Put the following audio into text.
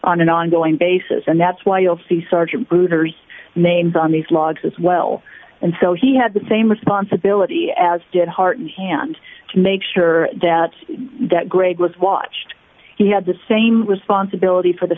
on an ongoing basis and that's why you'll see sargent boozers names on these logs as well and so he had the same responsibility as did heart and hand to make sure that that grade was watched he had the same responsibility for the